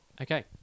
Okay